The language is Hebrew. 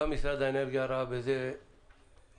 משרד האנרגיה ראה בזה ברכה,